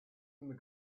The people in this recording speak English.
and